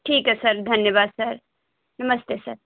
ठीक है सर धन्यवाद सर नमस्ते सर